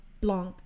blanc